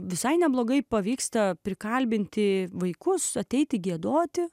visai neblogai pavyksta prikalbinti vaikus ateiti giedoti